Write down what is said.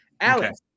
Alex